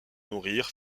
nourrir